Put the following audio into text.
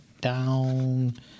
down